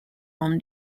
roamed